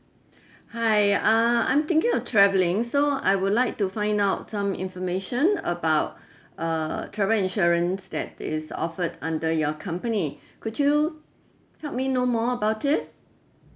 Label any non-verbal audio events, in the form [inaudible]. hi uh I'm thinking of travelling so I would like to find out some information about [breath] uh travel insurance that is offered under your company could you tell me you know more about it